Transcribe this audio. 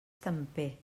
temper